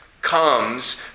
comes